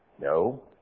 No